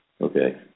Okay